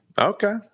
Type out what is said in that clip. Okay